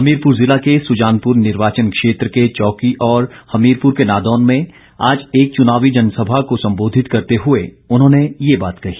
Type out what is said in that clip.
हमीरपुर जिला के सुजानपुर निर्वाचन क्षेत्र के चौकी और हमीरपुर के नादौन में आज एक चुनावी जनसभा को संबोधित करते हुए उन्होंने ये बात कही